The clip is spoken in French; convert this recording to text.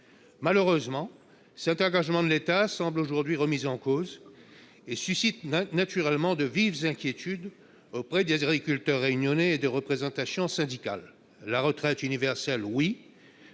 Malheureusement, cet engagement de l'État semble aujourd'hui remis en cause et suscite naturellement de vives inquiétudes auprès des agriculteurs réunionnais et des représentations syndicales. La retraite universelle, oui ;